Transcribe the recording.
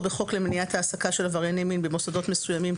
בחוק למניעת העסקה של עברייני מין במוסדות מסוימים,